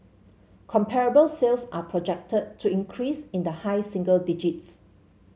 comparable sales are projected to increase in the high single digits